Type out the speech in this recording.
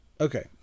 okay